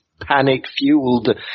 panic-fueled